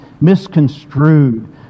misconstrued